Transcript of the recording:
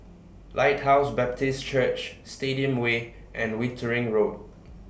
Lighthouse Baptist Church Stadium Way and Wittering Road